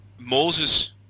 Moses